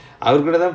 ya